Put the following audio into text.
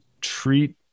treat